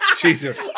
Jesus